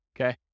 okay